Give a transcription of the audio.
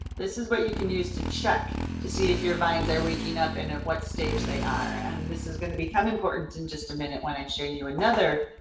this is what you can use to check to see if your vines are waking up and at what stage they are. and this is going to become important in just a minute when i show you another